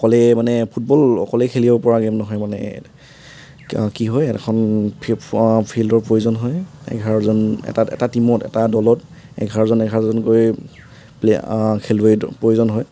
অকলে মানে ফুটবল অকলে খেলিব পৰা গেইম নহয় মানে কি হয় এখন ফিফ্ ফিল্ডৰ প্ৰয়োজন হয় এঘাৰজন এটা টীমত এটা দলত এঘাৰজন এঘাৰজনকৈ প্লে খেলুৱৈৰ প্ৰয়োজন হয়